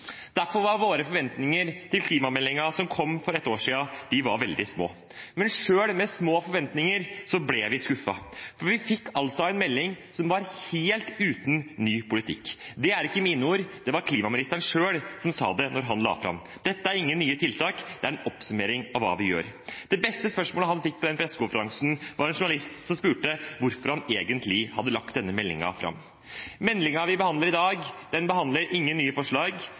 Derfor var våre forventninger til klimameldingen som kom for et år siden, veldig små. Men selv med små forventninger ble vi skuffet, for vi fikk en melding som var helt uten ny politikk. Det er ikke mine ord, det var klimaministeren selv som sa det da han la den fram – at dette er ingen nye tiltak – det er en oppsummering av hva vi gjør. Det beste spørsmålet han fikk på den pressekonferansen, var fra en journalist som spurte hvorfor han egentlig hadde lagt fram denne meldingen. Meldingen vi behandler i dag, kommer ikke med noen nye forslag,